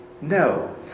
No